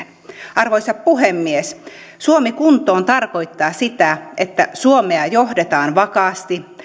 arvoisa puhemies suomi kuntoon tarkoittaa sitä että suomea johdetaan vakaasti